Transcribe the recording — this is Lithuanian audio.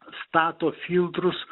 stato filtrus